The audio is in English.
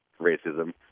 racism